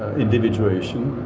individuation.